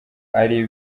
ari